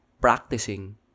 practicing